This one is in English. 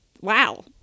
Wow